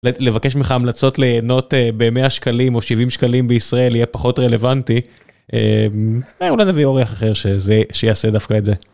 לבקש ממך המלצות ליהנות במאה שקלים או שבעים שקלים בישראל יהיה פחות רלוונטי אולי נביא אורח אחר שיעשה דווקא את זה.